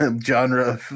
genre